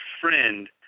friend